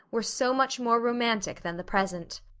were so much more romantic than the present.